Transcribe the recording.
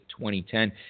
2010